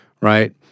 right